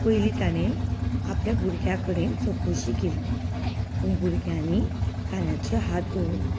पयलीं ताणें आपल्या भुरग्यां कडेन चवकशी केली पूण भुरग्यांनी कानाचेर हात दवरलो